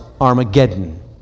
Armageddon